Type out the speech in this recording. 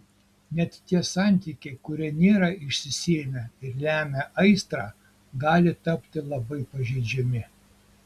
net tie santykiai kurie nėra išsisėmę ir lemia aistrą gali tapti labai pažeidžiami